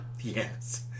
Yes